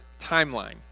timeline